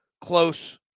close